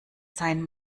sein